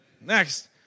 Next